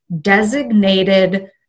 designated